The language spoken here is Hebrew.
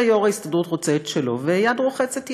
ויו"ר ההסתדרות רוצה את שלו, ויד רוחצת יד.